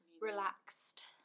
relaxed